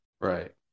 Right